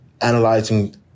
analyzing